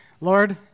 Lord